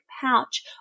pouch